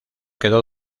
quedó